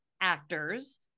actors